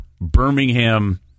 Birmingham